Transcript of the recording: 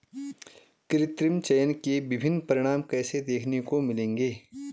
कृत्रिम चयन के विभिन्न परिणाम कैसे देखने को मिलेंगे?